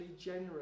generous